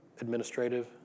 administrative